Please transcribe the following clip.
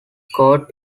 court